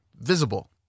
visible